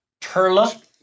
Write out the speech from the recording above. Turla